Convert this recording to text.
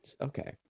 Okay